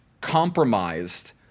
compromised